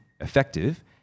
effective